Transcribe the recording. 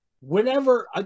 Whenever